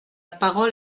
parole